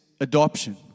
adoption